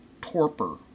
torpor